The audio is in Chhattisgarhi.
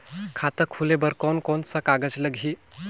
खाता खुले बार कोन कोन सा कागज़ लगही?